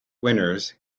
winners